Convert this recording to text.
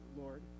Lord